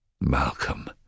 Malcolm